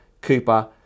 Cooper